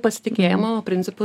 pasitikėjimo principu